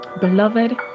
Beloved